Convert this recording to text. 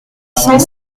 cent